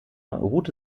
ruhte